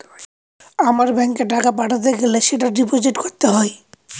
আমার ব্যাঙ্কে টাকা পাঠাতে গেলে সেটা ডিপোজিট করতে হবে